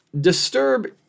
Disturb